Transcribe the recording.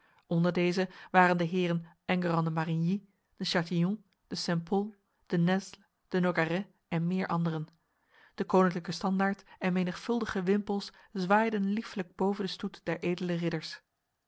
onder deze waren de heren enguerrand de marigny de chatillon de st pol de nesle de nogaret en meer anderen de koninklijke standaard en menigvuldige wimpels zwaaiden lieflijk boven de stoet der edele ridders